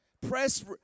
Press